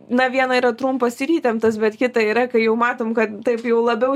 na viena yra trumpas ir įtemptas bet kita yra kai jau matom kad taip jau labiau